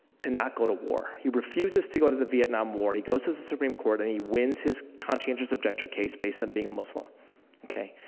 to not go to war. he refuses to go to the vietnam war, he goes to the supreme court, and he wins his conscientious objector case based on being a muslim ok.